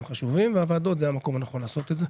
חשובים והוועדות זה המקום הנכון לעשות את זה.